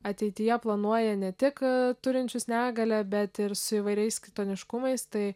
ateityje planuoja ne tik turinčius negalią bet ir su įvairiais kitoniškumais tai